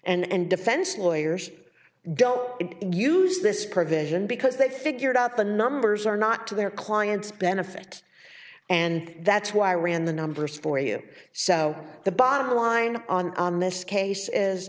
and defense lawyers don't use this provision because they figured out the numbers are not to their clients benefit and that's why i ran the numbers for you so the bottom line on this case is